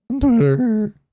Twitter